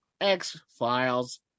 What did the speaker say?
X-Files